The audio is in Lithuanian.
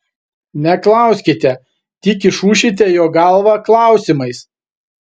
neklauskite tik išūšite jo galvą klausimais